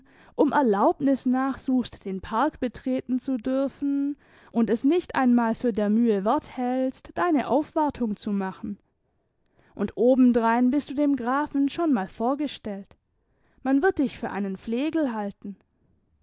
um erlaubnis nachsuchst den park betreten zu dürfen und es nicht einmal für der mühe wert hältst deine aufwartung zu machen und obendrein bist du dem grafen schon mal vorgestellt man wird dich für einen flegel halten